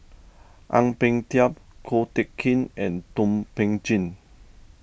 Ang Peng Tiam Ko Teck Kin and Thum Ping Tjin